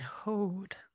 Hold